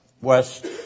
west